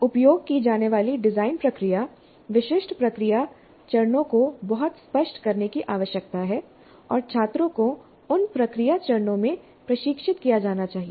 उपयोग की जाने वाली डिजाइन प्रक्रिया विशिष्ट प्रक्रिया चरणों को बहुत स्पष्ट करने की आवश्यकता है और छात्रों को उन प्रक्रिया चरणों में प्रशिक्षित किया जाना चाहिए